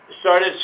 Started